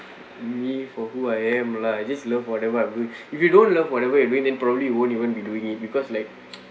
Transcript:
me for who I am lah I just love whatever I'm doing if you don't love whatever you doing then probably you won't you won't be doing it because like